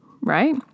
Right